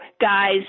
guys